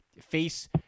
face